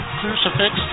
crucifix